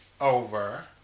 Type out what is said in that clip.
over